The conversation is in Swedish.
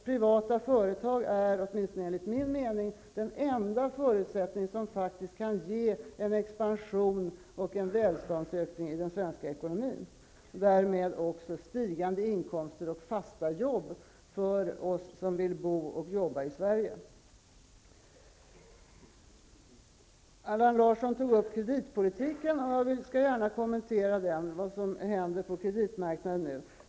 Privata företag är, åtminstone enligt min mening, den enda förutsättning som faktiskt kan ge en expansion och en välståndsökning i den svenska ekonomin och därmed också stigande inkomster och fasta jobb för oss som vill bo och jobba i Allan Larsson tog upp kreditpolitiken, och jag skall gärna kommentera den och vad som händer på kreditmarknaden nu.